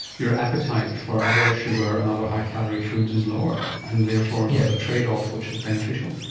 your appetite for other sugar and other high calorie foods is lower, and therefore there is a trade-off which is beneficial.